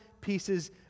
pieces